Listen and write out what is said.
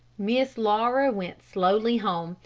miss laura went slowly home,